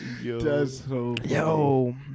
Yo